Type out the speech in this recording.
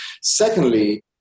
Secondly